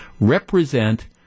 represent